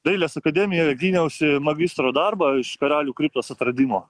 dailės akademijoj gyniausi magistro darbą iš karalių kriptos atradimo